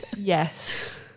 Yes